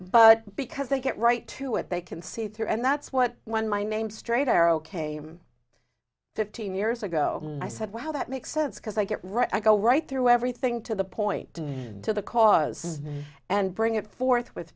but because they get right to it they can see through and that's what when my name straight arrow came fifteen years ago i said wow that makes sense because i get right i go right through everything to the point to the cause and bring it forth with